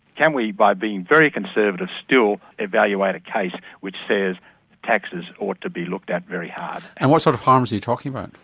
can we, by being very conservative still evaluate a case which says taxes ought to be looked at very hard? and what sort of harms are you talking about?